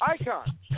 Icon